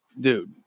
dude